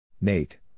Nate